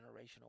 generational